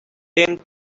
didn’t